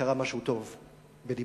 קרה משהו טוב בדימונה.